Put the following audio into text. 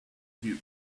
view